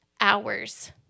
hours